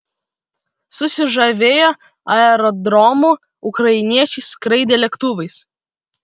susižavėję aerodromu ukrainiečiai skraidė lėktuvais